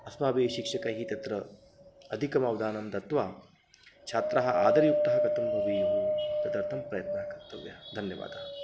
अस्माभिः शिक्षकैः तत्र अधिकमवधानं दत्वा छात्रः आधरयुक्तः कथं भवेयुः तदर्थं प्रयत्नः कर्तव्यः धन्यवादः